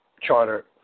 charter